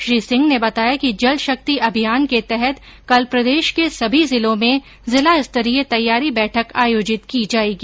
श्री सिंह ने बताया कि जल शक्ति अभियान के तहत कल प्रर्देश के सभी जिलों में जिला स्तरीय तैयारी बैठक आयोजित की जाएगी